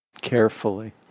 Carefully